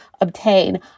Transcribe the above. obtain